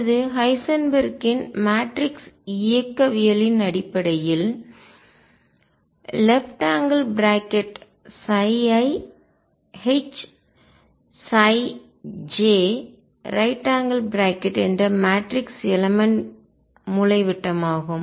அல்லது ஹைசன்பெர்க்கின் மேட்ரிக்ஸ் இயக்கவியலின் அடிப்படையில் ⟨iHj⟩ என்ற மேட்ரிக்ஸ் யலமன்ட் மூலைவிட்டமாகும்